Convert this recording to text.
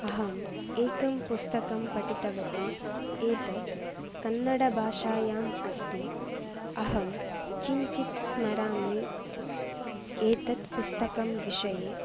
अहम् एकं पुस्तकं पठितवती एतत् कन्नडभाषायाम् अस्ति अहं किञ्चित् स्मरामि एतत् पुस्तकविषये